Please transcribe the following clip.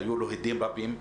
היו לו הדים רבים,